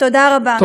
תודה רבה.